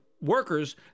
workers